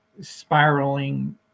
spiraling